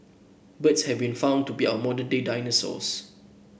birds have been found to be our modern day dinosaurs